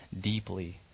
deeply